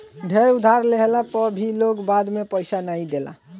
ढेर उधार लेहला पअ भी लोग बाद में पईसा नाइ देला